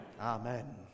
Amen